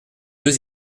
deux